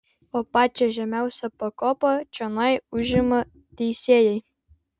o pačią žemiausią pakopą čionai užima teisėjai